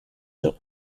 jean